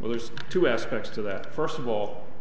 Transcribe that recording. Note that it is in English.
well there's two aspects to that first of all